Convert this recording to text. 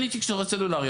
אין לי תקשורת סלולרי.